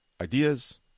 ideas